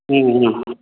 ம் ம்